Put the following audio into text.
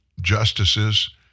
justices